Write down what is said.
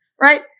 Right